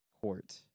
court